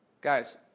Guys